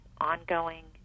ongoing